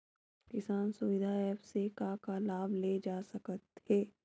किसान सुविधा एप्प से का का लाभ ले जा सकत हे?